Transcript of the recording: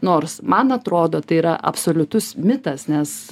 nors man atrodo tai yra absoliutus mitas nes